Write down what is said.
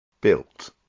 Built